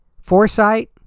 Foresight